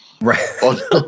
Right